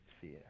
fear